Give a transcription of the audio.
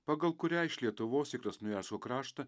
pagal kurią iš lietuvos į krasnojarsko kraštą